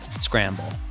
Scramble